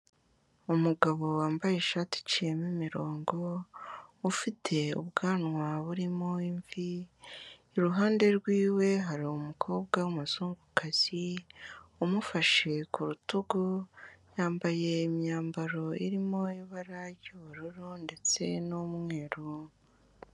Umugabo wambaye ishati iciyemo imirongo, ufite ubwanwa burimo imvi, iruhande rwe hari umukobwa w'umuzungukazi umufashe ku rutugu, yambaye imyambaro irimo ibara ry'ubururu ndetse n'umweru.